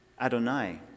Adonai